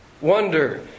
Wonder